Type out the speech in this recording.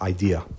Idea